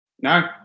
no